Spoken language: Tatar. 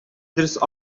дөрес